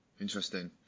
interesting